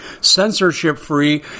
censorship-free